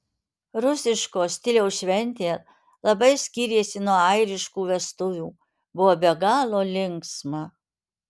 rusiško stiliaus šventė labai skyrėsi nuo airiškų vestuvių buvo be galo linksma